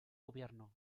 gobierno